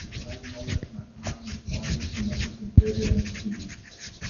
ar gali naujas matematinis modelis numatyti imperijų endšpilį